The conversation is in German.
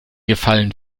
gefallen